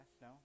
no